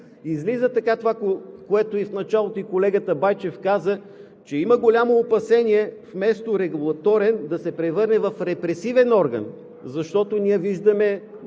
Излиза така – което в началото и колегата Байчев каза – че има голямо опасение вместо регулаторен да се превърне в репресивен орган. Защото ние виждаме